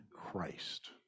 Christ